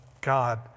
God